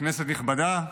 כנסת נכבדה,